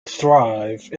thrive